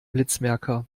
blitzmerker